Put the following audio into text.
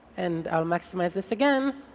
and i will maximize this again,